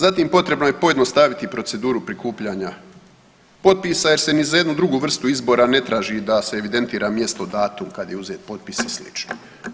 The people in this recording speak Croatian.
Zatim potrebno je pojednostaviti proceduru prikupljanja potpisa jer se ni za jednu drugu vrstu izbora ne traži da se evidentira mjesto i datum kad je uzet potpis i slično.